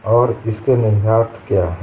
और इसका निहितार्थ क्या है